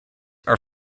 are